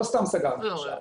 לא סתם סגרנו את השער.